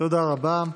תודה רבה.